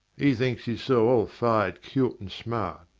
he thinks he's so all-fired cute and smart.